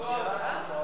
זאת ההודעה?